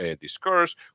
discourse